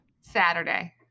Saturday